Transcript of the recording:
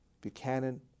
Buchanan